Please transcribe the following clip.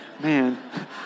Man